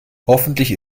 hoffentlich